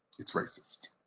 it's racist.